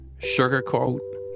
sugarcoat